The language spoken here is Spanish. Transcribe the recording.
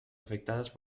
afectadas